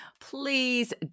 Please